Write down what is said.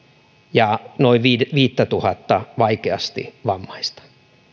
ja noin viittätuhatta vaikeasti vammaista